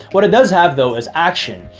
what it does have though is action,